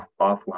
offline